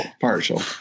partial